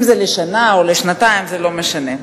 אם לשנה או לשנתיים, זה לא משנה.